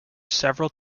several